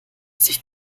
sich